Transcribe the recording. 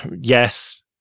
yes